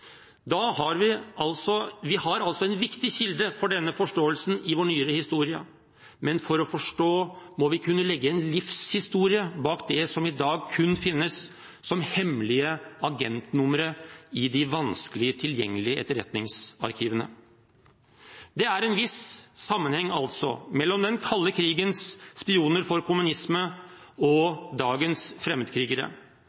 har altså en viktig kilde for denne forståelsen i vår nyere historie, men for å forstå må vi kunne legge en livshistorie bak det som i dag kun finnes som hemmelige agentnumre i de vanskelig tilgjengelige etterretningsarkivene. Det er en viss sammenheng mellom den kalde krigens spioner for